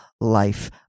life